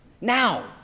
now